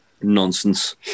Nonsense